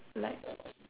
like